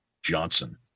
johnson